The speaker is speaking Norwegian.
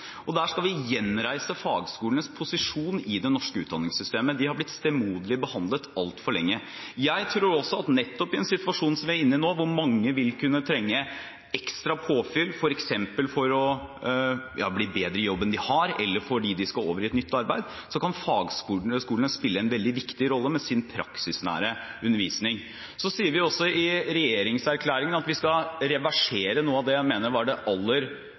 Der skal vi gjenreise fagskolenes posisjon i det norske utdanningssystemet, de er blitt stemoderlig behandlet altfor lenge. Jeg tror at nettopp i en situasjon som vi er inne i nå, vil mange kunne trenge ekstra påfyll, f.eks. for å bli bedre i jobben de har, eller fordi de skal over i nytt arbeid. Her kan fagskolene spille en veldig viktig rolle med sin praksisnære undervisning. I regjeringserklæringen sier vi at vi skal reversere noe av det jeg mener var det